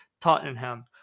Tottenham